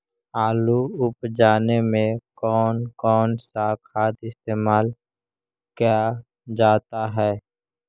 आलू उप जाने में कौन कौन सा खाद इस्तेमाल क्या जाता है?